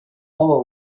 all